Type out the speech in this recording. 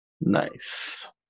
Nice